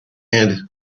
and